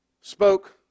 spoke